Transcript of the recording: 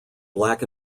black